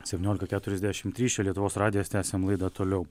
septyniolika keturiasdešimt trys čia lietuvos radijas tęsiam laidą toliau